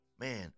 Man